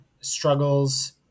struggles